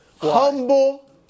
Humble